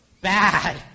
bad